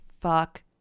fuck